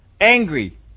angry